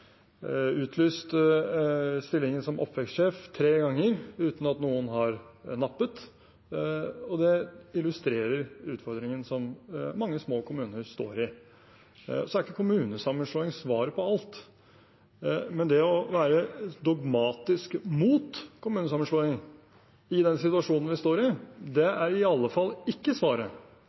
utlyst stillingen som oppvekstsjef tre ganger uten at noen har nappet. Det illustrerer utfordringen som mange små kommuner står i. Kommunesammenslåing er ikke svaret på alt, men det å være dogmatisk mot kommunesammenslåing i den situasjonen vi står i, det er i alle fall ikke svaret.